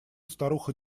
старуха